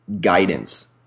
guidance